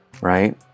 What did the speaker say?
right